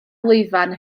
lwyfan